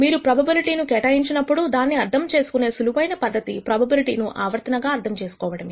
మీరు ప్రోబబిలిటీ ను కేటాయించినప్పుడు దాన్ని అర్థం చేసుకునే సులువైన పద్ధతి ప్రోబబిలిటీ ను ఆవర్తన గా అర్థం చేసుకోవడమే